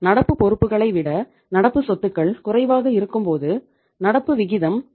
நடப்பு பொறுப்புகளை விட நடப்பு சொத்துக்கள் குறைவாக இருக்கும்போது நடப்பு விகிதம் 0